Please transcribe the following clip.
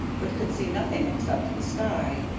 but could see nothing except the sky.